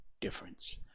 difference